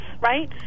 right